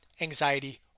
anxiety